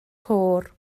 côr